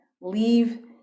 leave